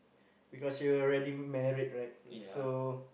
because you already married right so